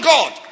God